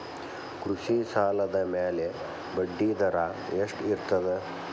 ಕೃಷಿ ಸಾಲದ ಮ್ಯಾಲೆ ಬಡ್ಡಿದರಾ ಎಷ್ಟ ಇರ್ತದ?